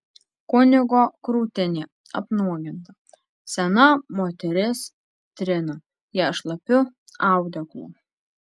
kunigo krūtinė apnuoginta sena moteris trina ją šlapiu audeklu